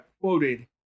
quoted